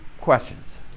questions